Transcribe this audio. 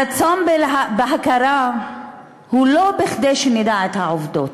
הרצון בהכרה הוא לא כדי שנדע את העובדות.